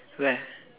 where